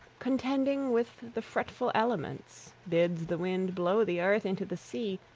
contending with the fretful elements bids the wind blow the earth into the sea,